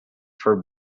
for